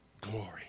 glory